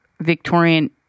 Victorian